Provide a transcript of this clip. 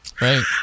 Right